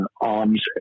arms